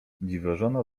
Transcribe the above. dziwożona